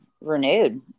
renewed